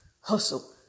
hustle